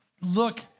look